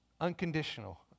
Unconditional